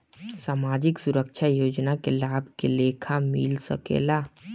सामाजिक सुरक्षा योजना के लाभ के लेखा मिल सके ला?